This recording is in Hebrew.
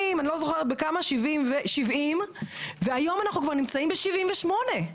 ב-70 והיום אנחנו כבר נמצאים ב-78,